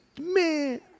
man